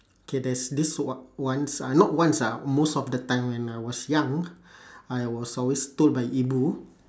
okay there's this on~ once ah not once ah most of the time when I was young I was always told by ibu